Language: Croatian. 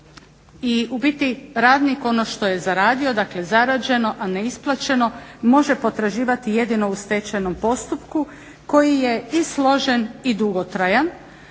I u biti radnik ono što je zaradio, dakle zarađeno a ne isplaćeno može potraživati jedino u stečajnom postupku koji je i složen i dugotrajan,